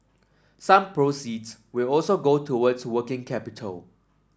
some proceeds will also go towards working capital